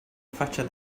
faccia